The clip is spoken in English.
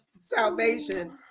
salvation